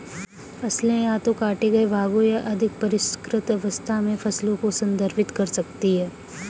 फसलें या तो काटे गए भागों या अधिक परिष्कृत अवस्था में फसल को संदर्भित कर सकती हैं